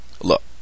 look